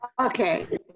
okay